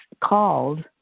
called